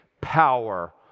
power